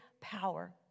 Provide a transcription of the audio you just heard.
power